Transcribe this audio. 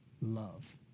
love